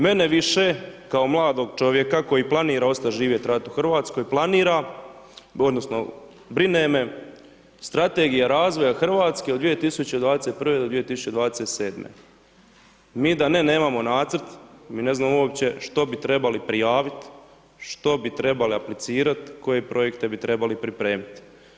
Mene više kao mladog čovjeka koji planira ostat' živjet, radit u Hrvatskoj, planira odnosno brine me Strategija razvoja Hrvatske od 2021. do 2027., mi da ne nemamo Nacrt, mi ne znamo uopće što bi trebali prijavit, što bi trebali aplicirat, koje projekte bi trebali pripremit.